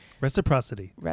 Reciprocity